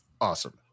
awesome